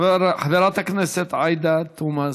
חברת הכנסת עאידה תומא סלימאן,